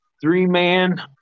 three-man